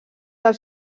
del